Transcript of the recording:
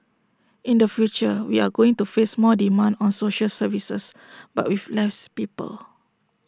in the future we are going to face more demand on social services but with less people